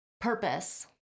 Purpose